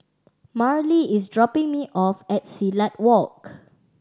Marlee is dropping me off at Silat Walk